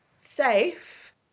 safe